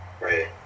Right